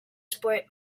sport